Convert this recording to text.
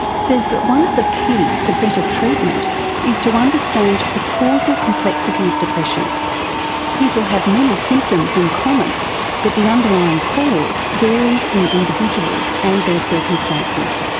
says that one of the keys to better treatment is to understand the causal complexity of depression people have many symptoms in common but the underlying cause varies in individuals and their circumstances.